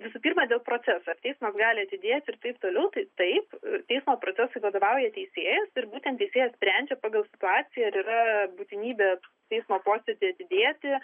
visų pirma dėl proceso ar teismas gali atidėti ir taip toliau tai taip teismo procesui vadovauja teisėjas ir būtent teisėjas sprendžia pagal situaciją ar yra būtinybė teismo posėdį atidėti